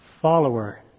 follower